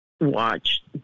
watch